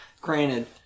Granted